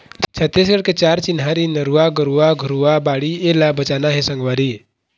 छत्तीसगढ़ के चार चिन्हारी नरूवा, गरूवा, घुरूवा, बाड़ी एला बचाना हे संगवारी